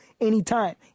anytime